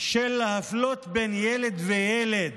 של אפליה בין ילד לילד